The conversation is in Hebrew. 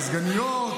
הסגניות,